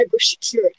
cybersecurity